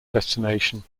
destination